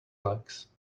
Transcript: legs